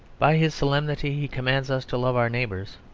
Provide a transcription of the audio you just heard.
by his solemnity he commands us to love our neighbours.